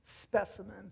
specimen